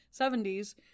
70s